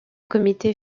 comité